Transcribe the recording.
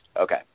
Okay